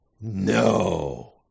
no